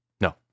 No